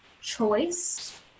choice